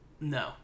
No